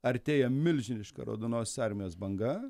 artėja milžiniška raudonos armijos banga